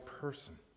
person